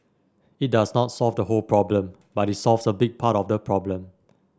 it does not solve the whole problem but it solves a big part of the problem